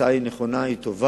ההצעה היא נכונה, היא טובה,